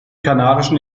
kanarischen